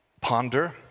ponder